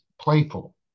playful